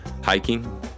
Hiking